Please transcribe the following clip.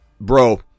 Bro